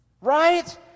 Right